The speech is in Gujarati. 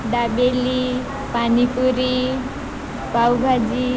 દાબેલી પાણીપુરી પાંવભાજી